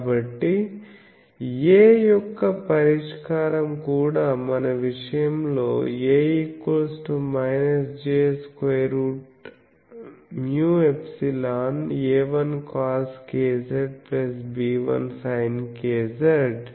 కాబట్టి A యొక్క పరిష్కారం కూడా మన విషయంలో A j√μ∊A1coskzB1sink|z| ఈ రెండు సమానం